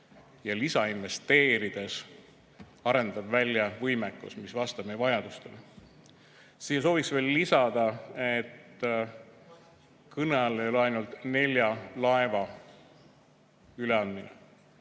investeerides arendada välja võimekuse, mis vastab meie vajadustele. Siia sooviks veel lisada, et kõne all ei ole ainult nelja laeva üleandmine.